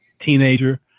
teenager